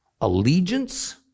allegiance